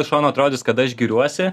iš šono atrodys kad aš giriuosi